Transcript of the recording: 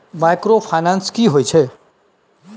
Microfinance की होय छै?